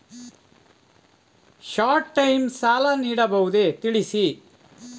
Short time ಸಾಲ ನೀಡಬಹುದೇ ತಿಳಿಸಿ?